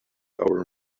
our